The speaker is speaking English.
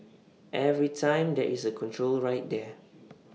every time there is A control right there